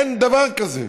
אין דבר כזה.